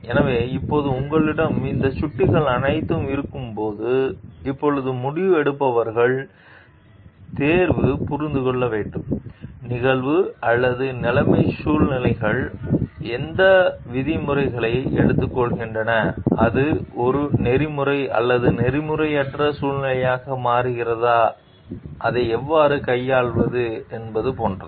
எனவே இப்போது உங்களிடம் இந்த சுட்டிகள் அனைத்தும் இருக்கும்போது இப்போது முடிவெடுப்பவர்கள் தேர்வு புரிந்து கொள்ள வேண்டும் நிகழ்வு அல்லது நிலைமை சூழ்நிலைகள் எந்த விதிமுறைகளை எடுத்துக்கொள்கின்றன அது ஒரு நெறிமுறை அல்லது நெறிமுறையற்ற சூழ்நிலையாக மாறுகிறதா அதை எவ்வாறு கையாள்வது என்பது போன்றது